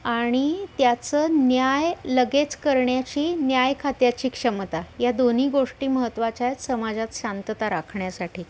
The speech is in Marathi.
आणि त्याचं न्याय लगेच करण्याची न्याय खात्याची क्षमता या दोन्ही गोष्टी महत्वाच्या आहेत समाजात शांतता राखण्यासाठी